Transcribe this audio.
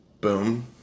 boom